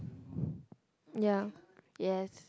yeah yes